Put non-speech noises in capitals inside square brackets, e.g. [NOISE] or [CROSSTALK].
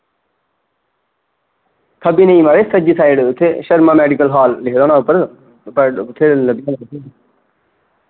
खब्बी नेईं माराज सज्जी साइड इत्थै शर्मा मैडिकल हाल लिखे दा होना उप्पर पढ़ी लैओ इत्थेै [UNINTELLIGIBLE]